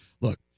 look